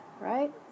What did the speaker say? right